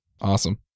Awesome